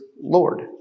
Lord